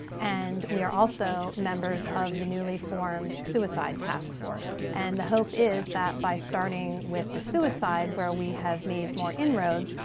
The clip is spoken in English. and we are also members of the newly formed suicide task force. and the hope is that by starting with the suicide, where we have made more inroads,